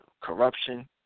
corruption